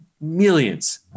millions